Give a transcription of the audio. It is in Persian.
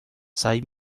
سعی